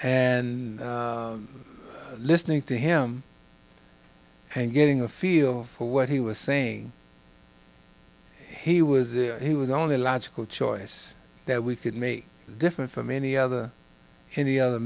and listening to him and getting a feel for what he was saying he was he was the only logical choice that we could make different from any other any other